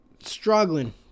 struggling